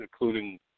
including